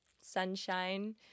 sunshine